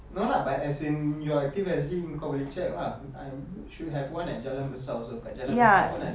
no lah but as your active S_G engkau boleh check lah I am should have one at jalan besar also dekat jalan besar pun ada